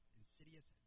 insidious